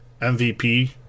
MVP